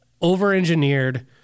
over-engineered